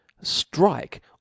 strike